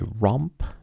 romp